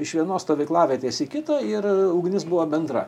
iš vienos stovyklavietės į kitą ir ugnis buvo bendra